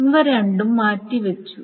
ഇവ രണ്ടും മാറ്റിവച്ചു